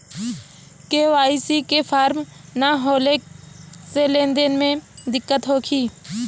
KYC के form न होले से लेन देन में दिक्कत होखी?